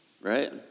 right